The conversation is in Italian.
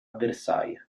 versailles